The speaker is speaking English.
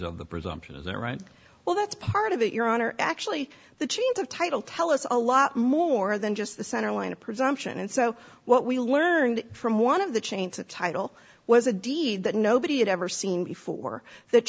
of the presumption is their right well that's part of it your honor actually the change of title tell us a lot more than just the center line of presumption and so what we learned from one of the change the title was a deed that nobody had ever seen before that